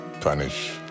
punish